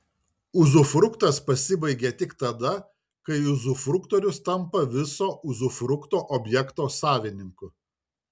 uzufruktas pasibaigia tik tada kai uzufruktorius tampa viso uzufrukto objekto savininku